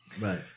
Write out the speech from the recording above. Right